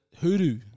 hoodoo